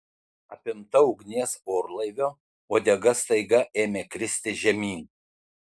apimta ugnies orlaivio uodega staiga ėmė kristi žemyn